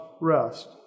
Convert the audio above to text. rest